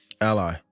Ally